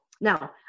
Now